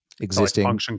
existing